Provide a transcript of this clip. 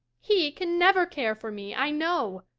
he can never care for me, i know.